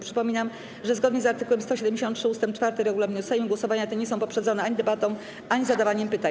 Przypominam, że zgodnie z art. 173 ust. 4 regulaminu Sejmu głosowania te nie są poprzedzone debatą ani zadawaniem pytań.